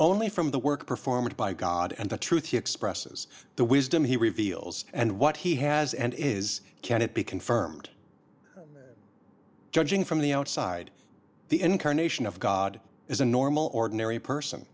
only from the work performed by god and the truth he expresses the wisdom he reveals and what he has and is can it be confirmed judging from the outside the incarnation of god is a normal ordinary person